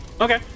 Okay